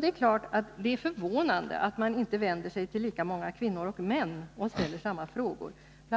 Det är klart att det är förvånande att man inte vänder sig till lika många kvinnor och män och ställer samma frågor. Bl.